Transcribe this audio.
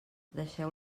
deixeu